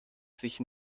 sich